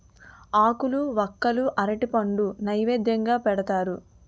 ఆకులు వక్కలు అరటిపండు నైవేద్యంగా పెడతారు